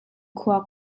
khua